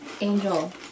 angel